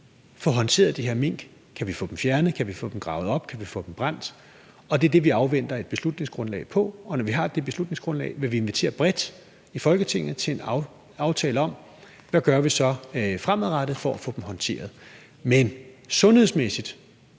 kan få håndteret de her mink. Kan vi få dem fjernet? Kan vi få dem gravet op? Kan vi få dem brændt? Det er det, vi afventer et beslutningsgrundlag på, og når vi har det beslutningsgrundlag, vil vi invitere bredt i Folketinget til en aftale om, hvad vi så gør fremadrettet for at få dem håndteret. Men sundhedsmæssigt